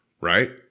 Right